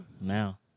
Now